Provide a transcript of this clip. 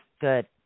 Good